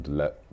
let